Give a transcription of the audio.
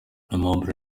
aimable